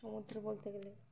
সমুদ্র বলতে গেলে